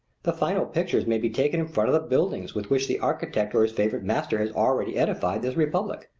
the final pictures may be taken in front of buildings with which the architect or his favorite master has already edified this republic,